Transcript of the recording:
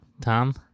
Tom